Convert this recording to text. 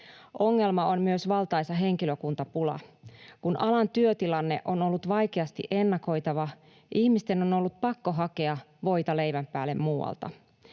Ongelma on myös valtaisa henkilökuntapula. Kun alan työtilanne on ollut vaikeasti ennakoitava, ihmisten on ollut pakko hakea voita leivän päälle muualta.